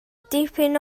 tipyn